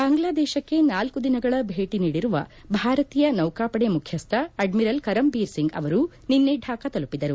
ಬಾಂಗ್ಲಾದೇಶಕ್ಕೆ ನಾಲ್ಕು ದಿನಗಳ ಭೇಟಿ ನೀಡಿರುವ ಭಾರತೀಯ ನೌಕಾಪಡೆ ಮುಖ್ಯಸ್ಥ ಅಡ್ಮಿರಲ್ ಕೆರಮ್ ಬೀರ್ ಸಿಂಗ್ ಅವರು ನಿನ್ನೆ ಢಾಕಾ ತೆಲುಪಿದರು